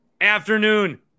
afternoon